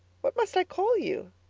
what must i call you?